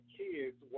kids